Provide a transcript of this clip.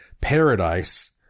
paradise